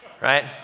Right